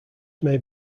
may